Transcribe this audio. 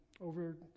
over